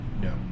No